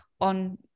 on